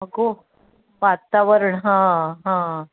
अगं वातावरण हां हां